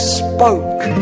spoke